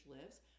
lives